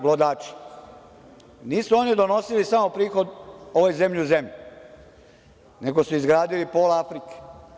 Nisu oni donosili samo prihod ovoj zemlji u zemlji nego su izgradili pola Afrike.